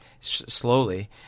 Slowly